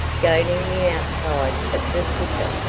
gaining the outside of the thicket,